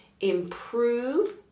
improve